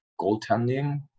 goaltending